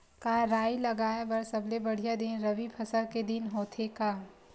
का राई लगाय बर सबले बढ़िया दिन रबी फसल के दिन होथे का?